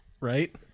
Right